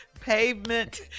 Pavement